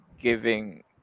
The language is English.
giving